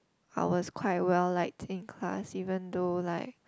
I was quite well liked in class even though like